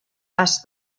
asked